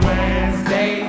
Wednesday